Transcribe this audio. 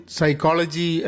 Psychology